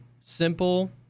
simple